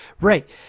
Right